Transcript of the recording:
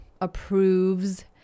approves